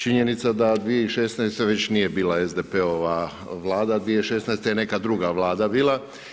Činjenica da 2016. već nije bila SDP-ova vlada, 2016. je neka druga vlada bila.